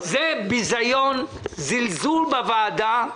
זה ביזיון, זלזול בוועדה.